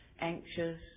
anxious